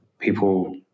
people